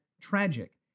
tragic